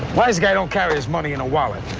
wise guy don't carry his money in a wallet.